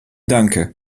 danke